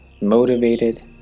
motivated